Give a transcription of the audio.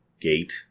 Gate